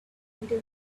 until